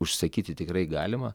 užsakyti tikrai galima